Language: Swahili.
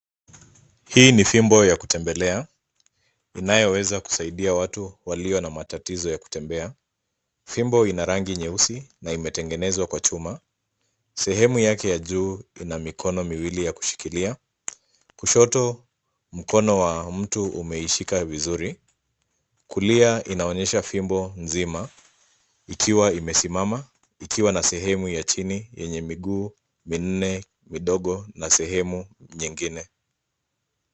Hii ni fimbo ya kutembelea inayoweza kusaidia watu walio na matatizo ya kutembea fimbo ina rangi nyeusi na imetengenezwa kwa chuma ,sehemu yake ya juu ina mikono miwili ya kushikilia kushoto mkono wa mtu umeishika vizuri kulia inaonyesha fimbo nzima ikiwa imesimama ikiwa na sehemu ya chini yenye miguu minne midogo na sehemu nyingine.